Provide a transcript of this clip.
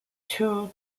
two